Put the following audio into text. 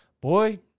boy